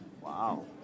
Wow